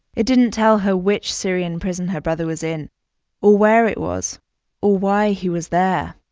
it didn't tell her which syrian prison her brother was in or where it was or why he was there.